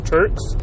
Turks